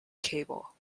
cable